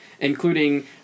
including